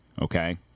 Okay